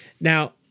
Now